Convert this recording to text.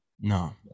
No